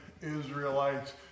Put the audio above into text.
Israelites